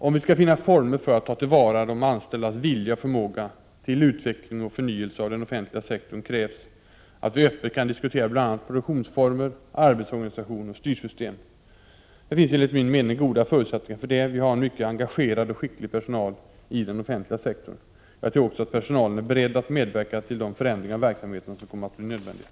Om vi skall finna former för att ta till vara de anställdas vilja och förmåga till utveckling och förnyelse av den offentliga sektorn krävs att vi öppet kan diskutera bl.a. produktionsformer, arbetsorganisation och styrsystem. Det finns enligt min mening goda förutsättningar för det. Vi har en mycket engagerad och skicklig personal i den offentliga sektorn. Jag tror också att personalen är beredd att medverka till de förändringar av verksamheten som kommer att bli nödvändiga.